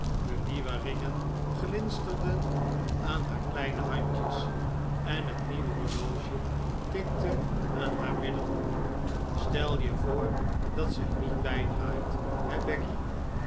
de nieuwe ringen glinsterden aan haar kleine handjes en het nieuwe horloge tikte aan haar middel stel je voor dat zij niet bijdraait